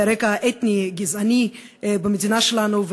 על רקע אתני גזעני במדינה שלנו,